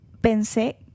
pensé